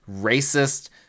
racist